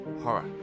horror